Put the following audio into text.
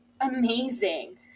amazing